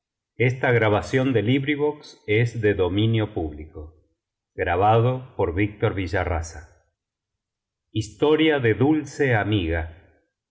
hermosura de dulce amiga